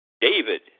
David